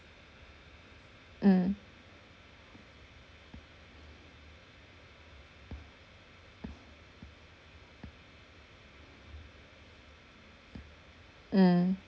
mm mm